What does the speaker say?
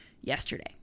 yesterday